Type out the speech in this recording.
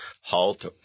halt